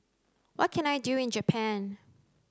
what can I do in Japan